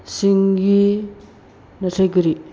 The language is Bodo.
सिंगि नास्राय गोरि